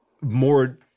more –